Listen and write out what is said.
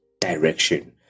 direction